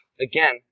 again